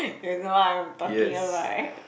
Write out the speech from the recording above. it's the one I'm talking about right